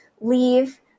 leave